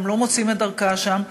הם לא מוצאים את דרכם שם,